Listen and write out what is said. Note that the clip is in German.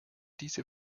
diese